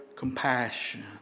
Compassion